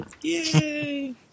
Yay